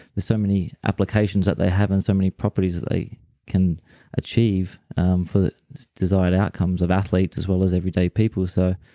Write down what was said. so many applications that they have and so many properties that they can achieve for the desired outcomes of athletes as well as everyday people. so,